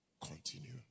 continue